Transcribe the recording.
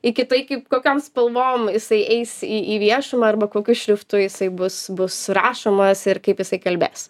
iki tai kaip kokiom spalvom jisai eis į į viešumą arba kokiu šriftu jisai bus bus rašomas ir kaip jisai kalbės